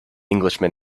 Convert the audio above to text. englishman